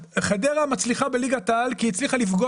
חדרה מצליחה בליגת העל כי היא הצליחה לפגוע